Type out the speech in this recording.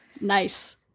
nice